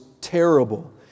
terrible